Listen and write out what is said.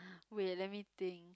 wait let me think